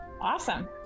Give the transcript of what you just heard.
awesome